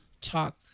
talk